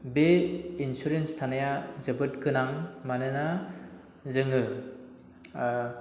बे इन्सुरेन्स थानाया जोबोद गोनां मानोना जोङो